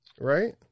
Right